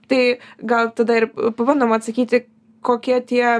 tai gal tada ir pabandom atsakyti kokie tie